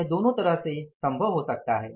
तो यह दोनों तरह से यह संभव हो सकता है